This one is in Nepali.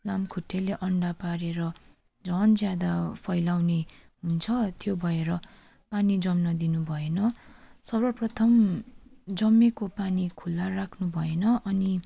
लामखुट्टेले अन्डा पारेर झन् ज्यादा फैलाउने हुन्छ त्यो भएर पानी जम्न दिनु भएन सर्वप्रथम जमिएको पानी खुला राख्नु भएन अनि